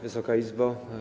Wysoka Izbo!